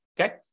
okay